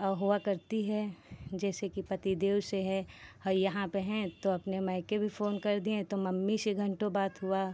हुआ करती है जैसे कि पतिदेव से है और यहाँ पर हैं तो अपने मायके भी फ़ोन कर दिए तो मम्मी से घन्टों बात हुई